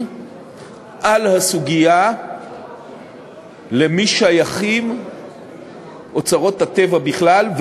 בסוגיה למי שייכים אוצרות הטבע בכלל,